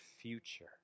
future